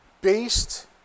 based